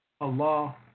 Allah